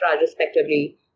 respectively